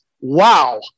Wow